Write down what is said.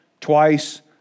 twice